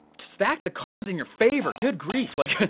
stack the cards in your favor. good grief, like,